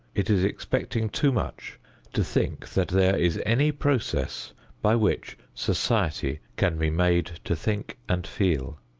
it is expecting too much to think that there is any process by which society can be made to think and feel.